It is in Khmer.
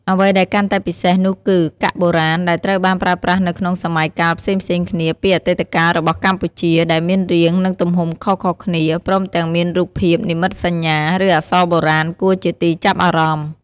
អ្វីដែលកាន់តែពិសេសនោះគឺ កាក់បុរាណ ដែលត្រូវបានប្រើប្រាស់នៅក្នុងសម័យកាលផ្សេងៗគ្នាពីអតីតកាលរបស់កម្ពុជា ដែលមានរាង និងទំហំខុសៗគ្នា ព្រមទាំងមានរូបភាពនិមិត្តសញ្ញា ឬអក្សរបុរាណគួរជាទីចាប់អារម្មណ៍។